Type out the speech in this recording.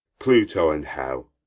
pluto and hell!